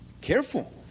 careful